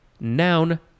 Noun